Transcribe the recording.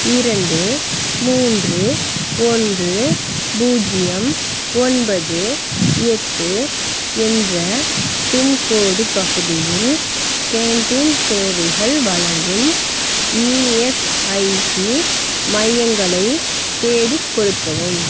இரண்டு மூன்று ஒன்று பூஜ்ஜியம் ஒன்பது எட்டு என்ற பின்கோடு பகுதியில் கேண்டீன் சேவைகள் வழங்கும் இஎஸ்ஐசி மையங்களை தேடிக் கொடுக்கவும்